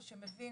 או שמבין